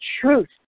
truth